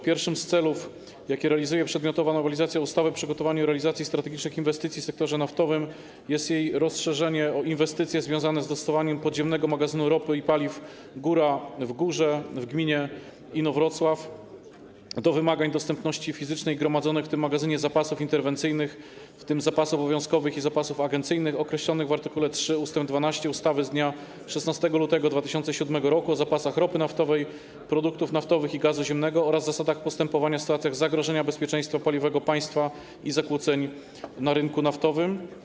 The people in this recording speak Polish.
Pierwszym z celów, jakie realizuje przedmiotowa nowelizacja ustawy o przygotowaniu i realizacji strategicznych inwestycji w sektorze naftowym, jest rozszerzenie ustawy o inwestycje związane z dostosowaniem Podziemnego Magazynu Ropy i Paliw Góra w Górze w gminie Inowrocław do wymagań dostępności fizycznej zgromadzonych w tym magazynie zapasów interwencyjnych, w tym zapasów obowiązkowych i zapasów agencyjnych, określonej w art. 3 ust. 12 ustawy z dnia 16 lutego 2007 r. o zapasach ropy naftowej, produktów naftowych i gazu ziemnego oraz zasadach postępowania w sytuacjach zagrożenia bezpieczeństwa paliwowego państwa i zakłóceń na rynku naftowym.